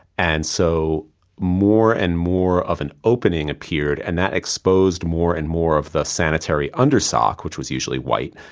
and so more and more of an opening appeared and that exposed more and more of the sanitary under sock, which was usually white.